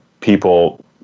people